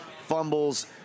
fumbles